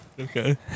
Okay